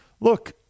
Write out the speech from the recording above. look